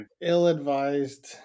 Ill-advised